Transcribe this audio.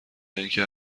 اینکه